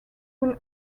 will